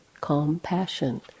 compassion